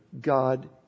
God